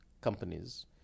companies